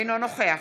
אינו נוכח